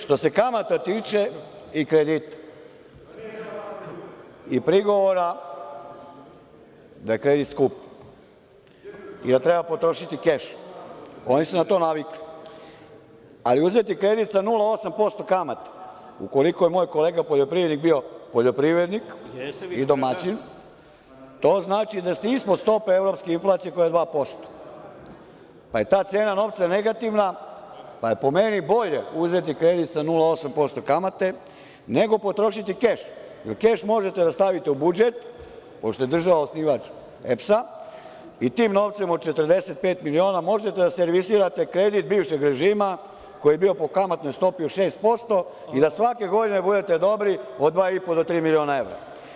Što se kamata tiče i kredita, i prigovora da je kredit skup, i da treba potrošiti keš, oni su na to navikli, ali uzeti kredit za 0,8% kamate, ukoliko je moj kolega poljoprivrednik bio poljoprivrednik i domaćin, to znači da ste ispod stope evropske inflacije koja je 2%, pa je ta cena novca negativna, pa je po meni bolje uzeti kredit sa 0,8% kamate, nego potrošiti keš, jer keš možete da stavite u budžet, pošto je država osnivač EPS-a i tim novcem od 45 miliona možete da servisirate kredit bivšeg režima koji je bio po kamatnoj stopi od 6% i da svake godine budete dobri po dva i po do tri miliona evra.